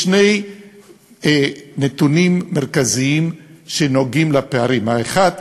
יש שני נתונים מרכזיים שנוגעים לפערים: האחד,